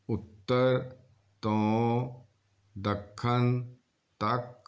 ਉੱਤਰ ਤੋਂ ਦੱਖਣ ਤੱਕ